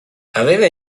aveva